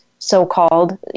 so-called